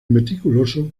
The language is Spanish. meticuloso